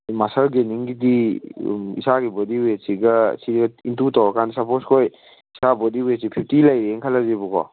muscle ꯒꯦꯟꯅꯤꯡꯒꯤꯗꯤ ꯑꯗꯨꯝ ꯏꯁꯥꯒꯤ ꯕꯣꯗꯤ ꯋꯦꯠꯁꯤꯒ ꯁꯤꯗ ꯏꯟꯇꯨ ꯇꯧꯔꯀꯥꯟꯗ ꯁꯞꯄꯣꯁ ꯑꯩꯈꯣꯏ ꯏꯁꯥ ꯕꯣꯗꯤ ꯋꯦꯠꯁꯦ ꯐꯤꯐꯇꯤ ꯂꯩꯔꯦꯅ ꯈꯜꯂꯁꯦꯕꯀꯣ